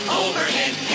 overhead